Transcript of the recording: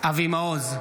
אבי מעוז,